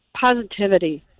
positivity